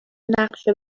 نقشه